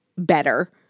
Better